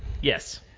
Yes